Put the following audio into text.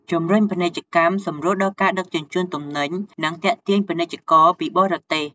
ជំរុញពាណិជ្ជកម្ម សម្រួលដល់ការដឹកជញ្ជូនទំនិញ និងទាក់ទាញពាណិជ្ជករពីបរទេស។